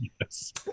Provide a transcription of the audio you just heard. yes